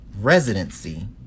residency